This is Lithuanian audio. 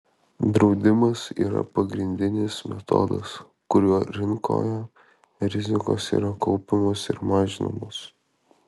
draudimas yra pagrindinis metodas kuriuo rinkoje rizikos yra kaupiamos ir mažinamos